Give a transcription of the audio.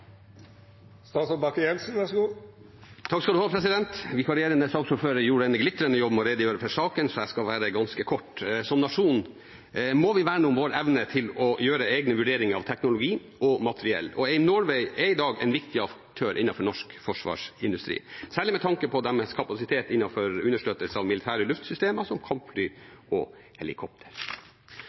Vikarierende saksordfører gjorde en glitrende jobb med å redegjøre for saken, så jeg skal være ganske kort. Som nasjon må vi verne om vår evne til å gjøre egne vurderinger av teknologi og materiell. AIM Norway er i dag en viktig aktør innenfor norsk forsvarsindustri, særlig med tanke på deres kapasitet innenfor understøttelse av militære luftsystemer som kampfly og helikoptre. Salget er et viktig tiltak for å styrke og